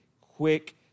quick